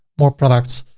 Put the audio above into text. more products.